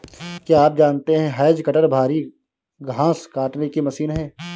क्या आप जानते है हैज कटर भारी घांस काटने की मशीन है